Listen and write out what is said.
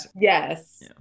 yes